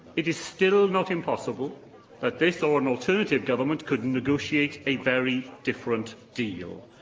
it is still not impossible that this or an alternative government could negotiate a very different deal,